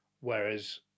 whereas